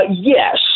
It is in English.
Yes